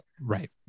right